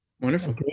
Wonderful